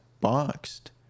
boxed